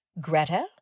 Greta